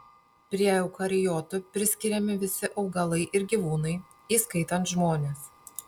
prie eukariotų priskiriami visi augalai ir gyvūnai įskaitant žmones